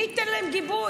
מי ייתן להם גיבוי?